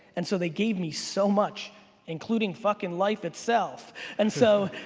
and so they gave me so much including fucking life itself and so,